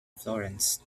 florence